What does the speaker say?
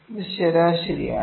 ഇത് ശരാശരിയാണ്